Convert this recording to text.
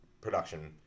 production